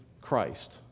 Christ